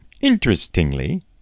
Interestingly